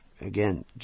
Again